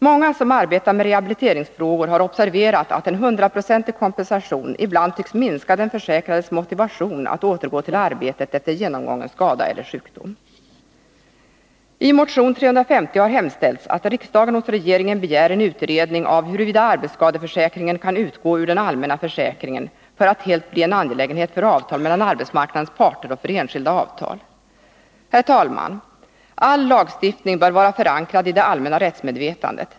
Många som arbetar med rehabiliteringsfrågor har observerat att en hundraprocentig kompensation ibland tycks minska den försäkrades motivation att återgå till arbetet efter genomgången skada eller sjukdom. I motion 1980/81:350 har hemställts att riksdagen hos regeringen begär en utredning av huruvida arbetsskadeförsäkringen kan utgå ur den allmänna försäkringen för att helt bli en angelägenhet för avtal mellan arbetsmarknadens parter och för enskilda avtal. Herr talman! All lagstiftning bör vara förankrad i det allmänna rättsmedvetandet.